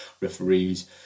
referees